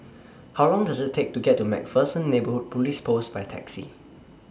How Long Does IT Take to get to MacPherson Neighbourhood Police Post By Taxi